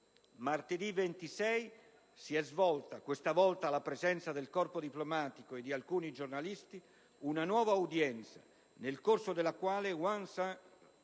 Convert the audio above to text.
Martedì 26 si è svolta, questa volta alla presenza del corpo diplomatico e di alcuni giornalisti, una nuova udienza, nel corso della quale Aung San